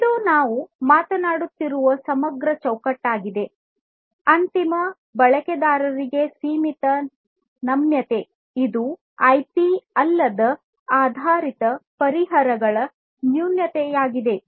ಇದು ನಾವು ಮಾತನಾಡುತ್ತಿರುವ ಸಮಗ್ರ ಚೌಕಟ್ಟಾಗಿದೆ ಅಂತಿಮ ಬಳಕೆದಾರರಿಗೆ ಸೀಮಿತ ನಮ್ಯತೆ ಇದು ಐಪಿ ಅಲ್ಲದ ಆಧಾರಿತ ಪರಿಹಾರಗಳ ನ್ಯೂನತೆಯಾಗಿದೆ